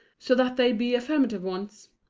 so that they be affirmative ones.